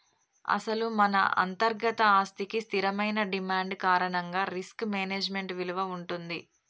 అసలు మన అంతర్గత ఆస్తికి స్థిరమైన డిమాండ్ కారణంగా రిస్క్ మేనేజ్మెంట్ విలువ ఉంటుంది